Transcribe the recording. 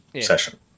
session